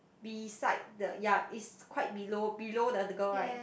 beside the ya is quite below below the the girl right